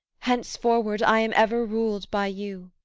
henceforward i am ever rul'd by you.